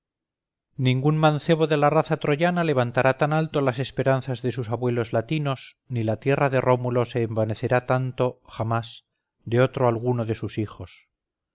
ningún mancebo de la raza troyana levantará tan alto las esperanzas de sus abuelos latinos ni la tierra de rómulo se envanecerá tanto jamás de otro alguno de sus hijos